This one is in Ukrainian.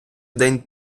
день